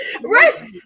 Right